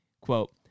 Quote